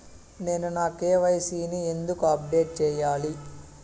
నేను నా కె.వై.సి ని ఎందుకు అప్డేట్ చెయ్యాలి?